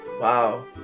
Wow